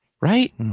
Right